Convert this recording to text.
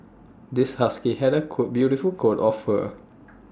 this husky had A cool beautiful coat of fur